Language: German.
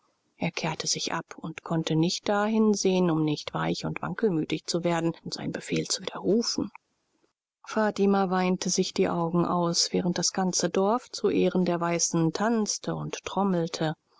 er kehrte sich ab und konnte nicht dahin sehen um nicht weich und wankelmütig zu werden und seinen befehl zu widerrufen fatima weinte sich die augen aus während das ganze dorf zu ehren der weißen tanzte und trommelte